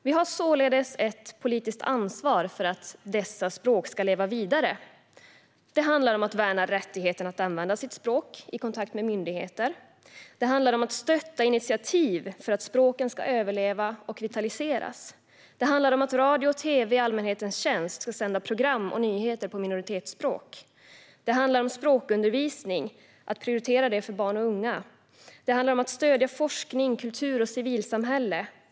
Vi har således ett politiskt ansvar för att dessa språk ska leva vidare. Det handlar om att värna rättigheten att använda sitt språk i kontakt med myndigheter. Det handlar om att stötta initiativ för att språken ska överleva och vitaliseras. Det handlar om att radio och tv i allmänhetens tjänst ska sända program och nyheter på minoritetsspråk. Det handlar om att prioritera språkundervisning för barn och unga. Det handlar om att stödja forskning, kultur och civilsamhälle.